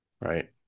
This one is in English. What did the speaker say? Right